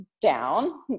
down